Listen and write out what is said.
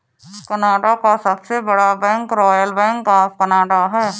Canada का सबसे बड़ा bank Royal Bank of Canada है